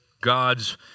God's